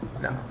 no